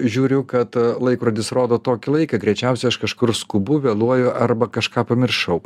žiūriu kad laikrodis rodo tokį laiką greičiausia aš kažkur skubu vėluoju arba kažką pamiršau